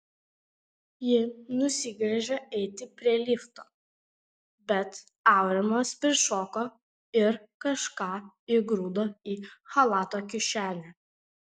ji nusigręžė eiti prie lifto bet aurimas prišoko ir kažką įgrūdo į chalato kišenę